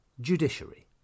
judiciary